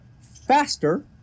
faster